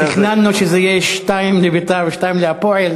תכננו שזה יהיה שתיים ל"בית"ר" ושתיים ל"הפועל",